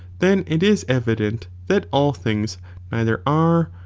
then it is evident that all things neither are,